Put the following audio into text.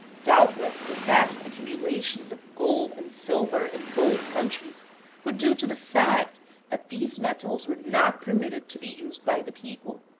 doubtless the vast accumulations of gold and silver in both countries were due to the fact that these metals were not permitted to be used by the people.